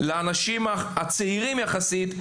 לאנשים הצעירים יחסית,